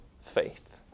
faith